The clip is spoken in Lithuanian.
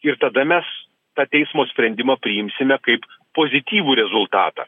ir tada mes tą teismo sprendimą priimsime kaip pozityvų rezultatą